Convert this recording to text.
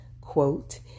quote